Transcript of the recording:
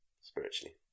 Spiritually